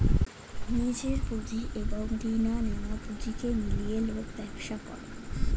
নিজের পুঁজি এবং রিনা নেয়া পুঁজিকে মিলিয়ে লোক ব্যবসা করে